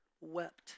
wept